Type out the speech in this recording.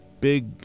big